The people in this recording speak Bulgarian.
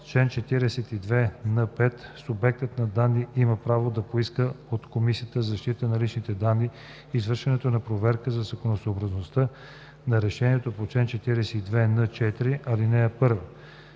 Чл. 42н5. Субектът на данни има право да поиска от Комисията за защита на личните данни извършването на проверка за законосъобразността на решението по чл. 42н4, ал. 1.“ 7.